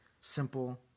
simple